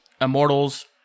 Immortals